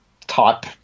type